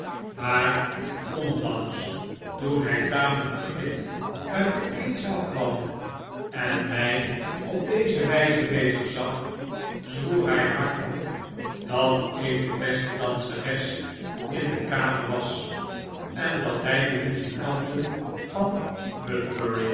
maar onlangs toen hij tamelijk verhit uit de eetzaal kwam en mij op deze wijze bezig zag zwoer hij hardop dat ik de beste danseres in de kamer was en dat hij de muzikanten vanmudbury